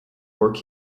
work